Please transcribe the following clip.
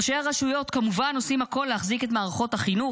ראשי הרשויות כמובן עושים הכול להחזיק את מערכות החינוך,